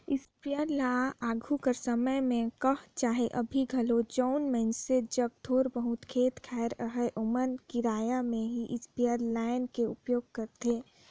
sprayer ल आघु कर समे में कह चहे अभीं घलो जउन मइनसे जग थोर बहुत खेत खाएर अहे ओमन किराया में ही इस्परे लाएन के उपयोग करथे